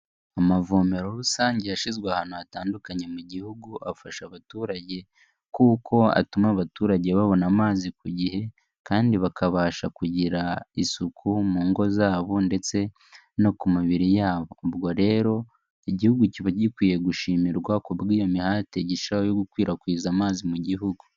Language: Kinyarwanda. Amavomero rusange yashyizwe ahantu hatandukanye mu Gihugu, afasha abaturage kuko atuma abaturage babona amazi ku gihe kandi bakabasha kugira isuku mu ngo zabo ndetse no ku mibiri yabo. Ubwo rero Igihugu kiba gikwiye gushimirwa ku bw'iyo mihati gishiraho yo gukwirakwiza amazi mu Gihugu.